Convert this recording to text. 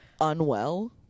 unwell